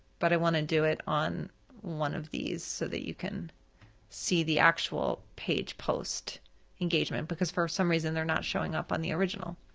but i want to do it on one of these so that you can see the actual page post engagement, because for some reason they're not showing up on the original.